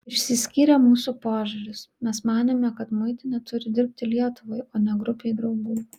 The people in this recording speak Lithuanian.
išsiskyrė mūsų požiūris mes manėme kad muitinė turi dirbti lietuvai o ne grupei draugų